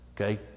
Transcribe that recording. Okay